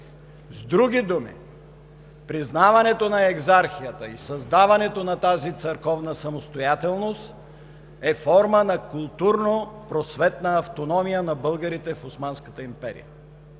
С други думи признаването на Екзархията и създаването на тази църковна самостоятелност е форма на културно-просветна автономия на българите в Османската империя.